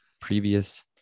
previous